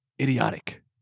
idiotic